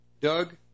Doug